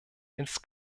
ins